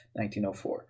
1904